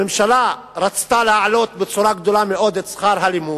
הממשלה רצתה להעלות מאוד את שכר הלימוד.